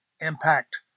impact